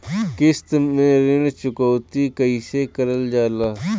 किश्त में ऋण चुकौती कईसे करल जाला?